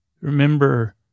Remember